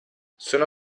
sono